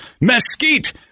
mesquite